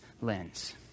lens